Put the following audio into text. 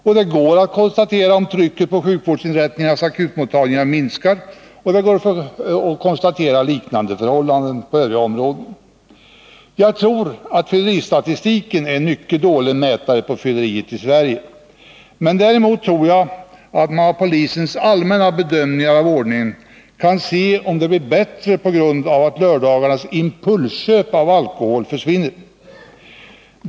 Det går också att konstatera om trycket på sjukvårdsinrättningarnas akutmottagningar minskar, och liknande förhållanden på övriga områden. Jag tror att fylleristatistiken är en mycket dålig mätare på fylleriet i Sverige. Däremot tror jag att man av polisens allmänna bedömningar av ordningen kan se om det blir bättre på grund av att lördagarnas impulsköp av alkohol försvinner.